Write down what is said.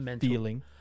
feeling